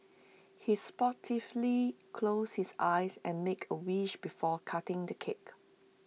he sportively closed his eyes and made A wish before cutting the cake